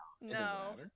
No